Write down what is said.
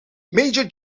major